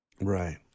Right